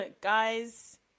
guys